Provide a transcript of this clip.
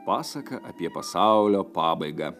pasaka apie pasaulio pabaigą